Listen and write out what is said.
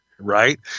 Right